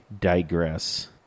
digress